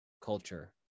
culture